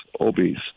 obese